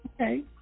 Okay